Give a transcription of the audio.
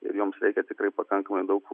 ir joms reikia tikrai pakankamai daug